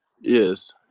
yes